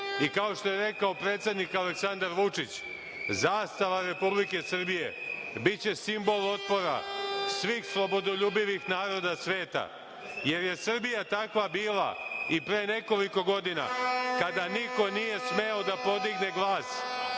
i kao što je rekao predsednik Aleksandar Vučić, zastava Republike Srbije biće simbol otpora svih slobodoljubivih naroda sveta jer je Srbija takva bila i pre nekoliko godina kada niko nije smeo da podigne glas,